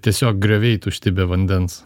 tiesiog grioviai tušti be vandens